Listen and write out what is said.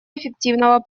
эффективного